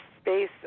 space